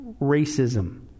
Racism